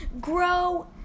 grow